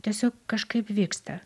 tiesiog kažkaip vyksta